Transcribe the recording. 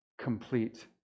complete